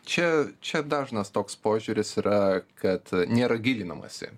čia čia dažnas toks požiūris yra kad nėra gilinamasi